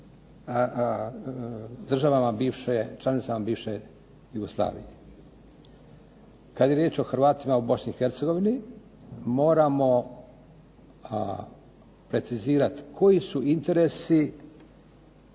državama bivše, članicama bivše Jugoslavije. Kad je riječ o Hrvatima u Bosni i Hercegovini moramo precizirati koji su interesi